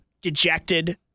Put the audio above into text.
dejected